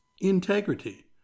integrity